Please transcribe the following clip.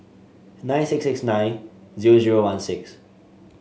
nine six six nine zero zero one six